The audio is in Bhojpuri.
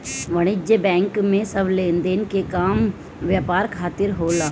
वाणिज्यिक बैंक में सब लेनदेन के काम व्यापार खातिर होला